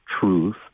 Truth